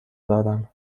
دارم